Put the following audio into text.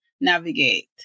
navigate